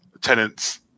tenant's